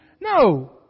No